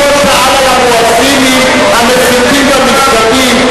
הוא לא שאל על המואזינים המסיתים במסגדים.